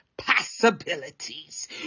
possibilities